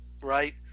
right